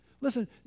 Listen